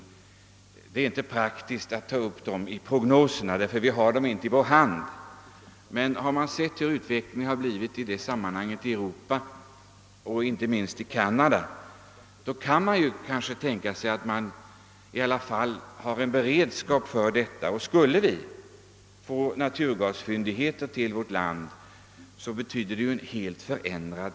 Det är inte praktiskt att föra in (dessa ting i prognoserna, ty vi har dem så att säga inte i vår hand. Men har man sett utvecklingen på området i Europa och inte minst i Canada säger man sig att vi i alla fall bör ha en beredskap härvidlag. Skulle vi kunna utnyttja naturgasfyndigheter i vårt land blir situationen helt förändrad.